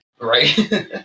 Right